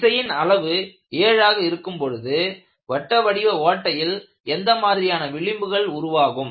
விசையின் அளவு 7ஆக இருக்கும் பொழுது வட்ட வடிவ ஓட்டையில் எந்த மாதிரியான விளிம்புகள் உருவாகும்